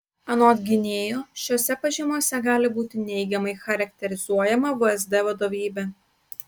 anot gynėjo šiose pažymose gali būti neigiamai charakterizuojama vsd vadovybė